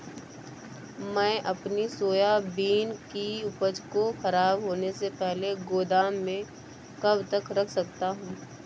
मैं अपनी सोयाबीन की उपज को ख़राब होने से पहले गोदाम में कब तक रख सकता हूँ?